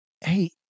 Hey